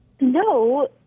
No